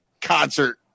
concert